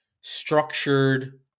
structured